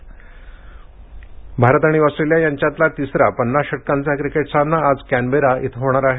cricket Bharat आणि Australia यांच्यातला तिसरा पन्नास षटकांचा क्रिकेट सामना आज कॅनबेरा इथं होणार आहे